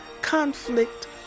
conflict